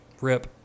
Rip